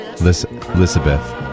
Elizabeth